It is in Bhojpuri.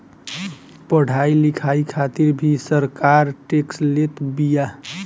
पढ़ाई लिखाई खातिर भी सरकार टेक्स लेत बिया